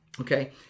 Okay